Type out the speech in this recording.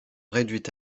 réduite